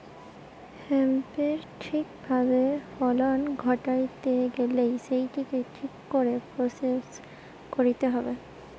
হেম্পের ঠিক ভাবে ফলন ঘটাইতে গেইলে সেটিকে ঠিক করে প্রসেস কইরতে হবে